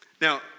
Now